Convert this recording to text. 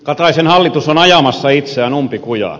kataisen hallitus on ajamassa itseään umpikujaan